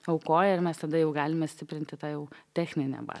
aukoja ir mes tada jau galime stiprinti tą jau techninę bazę